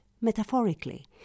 metaphorically